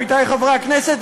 עמיתי חברי הכנסת,